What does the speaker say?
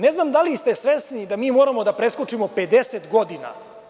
Ne znam da li ste svesni da mi moramo da preskočimo 50 godina.